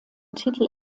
titel